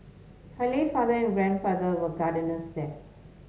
her late father and grandfather were gardeners there